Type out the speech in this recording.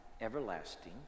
everlasting